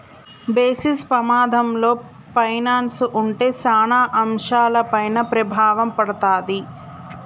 basis పమాధంలో పైనల్స్ ఉంటే సాన అంశాలపైన ప్రభావం పడతాది